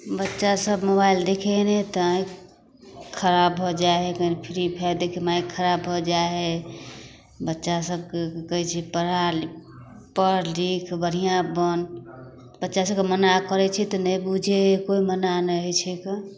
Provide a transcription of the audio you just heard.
बच्चा सभ मोबाइल देखै हइ तऽ आँखि खराब भऽ जाइ हइ कनी फ्री भऽ कऽ देखैमे आँखि खराब भऽ जाइ हइ बच्चा सभके कि कहै छियै पढ़ा लि पढ़ लिख बढ़िआँ बन बच्चा सभके मना करै छियै तऽ नहि बुझै हइ कोइ मना नहि होइ छै कऽ